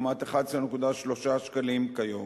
לעומת 11.3 שקל כיום,